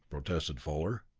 protested fuller.